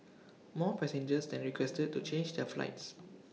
more passengers then requested to change their flights